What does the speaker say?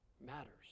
matters